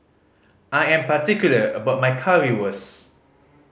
I am particular about my Currywurst